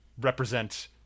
represent